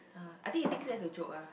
uh I think he take it as a joke ah